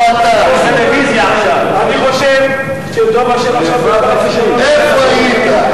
אני חושב שדב אשם, איפה היית?